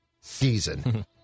season